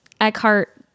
eckhart